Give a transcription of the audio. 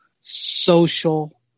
social